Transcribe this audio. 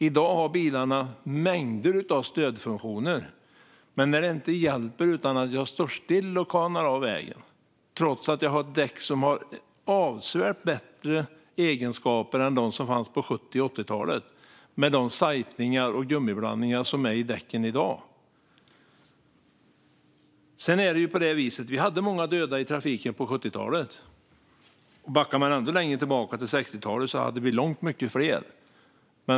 I dag har bilarna mängder av stödfunktioner, men det hjälper inte. Jag står still och kanar av vägen trots att jag har däck som har avsevärt bättre egenskaper än de som fanns på 70 och 80-talet, med de sajpningar och gummiblandningar som finns i däcken i dag. Vi hade många döda i trafiken på 70-talet. Backar man ännu längre tillbaka, till 60-talet, hade vi långt fler.